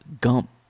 Gump